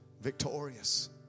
victorious